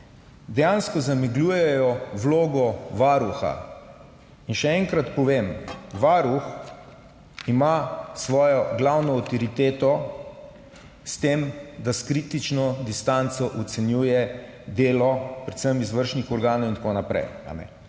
dejansko zamegljujejo vlogo Varuha. Še enkrat povem, Varuh ima svojo glavno avtoriteto, da s kritično distanco ocenjuje delo predvsem izvršnih organov in tako naprej.